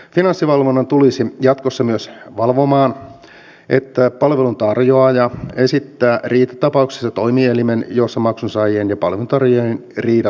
finanssivalvonta tulisi jatkossa myös valvomaan että palveluntarjoaja osoittaa riitatapauksissa toimielimen jossa maksunsaajien ja palveluntarjoajien riidat ratkaistaan